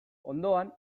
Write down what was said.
ondoan